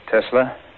Tesla